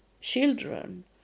children